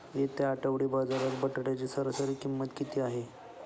येत्या आठवडी बाजारात बटाट्याची सरासरी किंमत किती आहे?